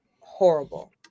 horrible